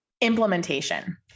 implementation